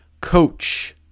Coach